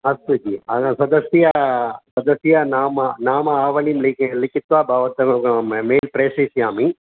अस्तु जि अहं सदस्या सदस्य नाम नाम आवलिं लि लिखित्वा भवतः मेल् प्रेषयिष्यामि